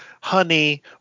honey